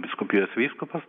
vyskupijos vyskupas